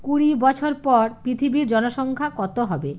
কুড়ি বছর পর পৃথিবীর জনসংখ্যা কত হবে